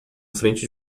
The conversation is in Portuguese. frente